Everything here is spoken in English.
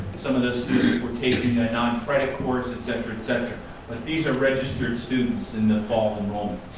some of those students were taking a noncredit course, et cetera, et cetera, but these are registered students in the fall enrollment.